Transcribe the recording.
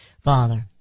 Father